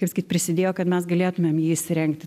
irgi prisidėjo kad mes galėtumėm jį įsirengti